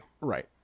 Right